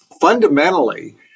Fundamentally